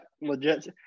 legit